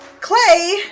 clay